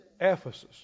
Ephesus